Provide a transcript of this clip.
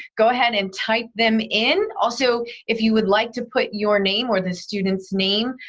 go ahead and type them in. also, if you would like to put your name or the student's name,